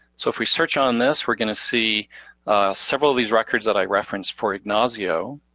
so if we search on this we're gonna see several of these records that i referenced for ignacio,